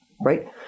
right